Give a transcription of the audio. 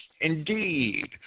Indeed